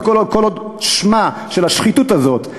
כל עוד שמה של השחיתות הזאת,